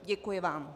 Děkuji vám.